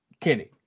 Kenny